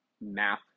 math